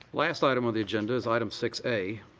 last item on the agenda is item six a,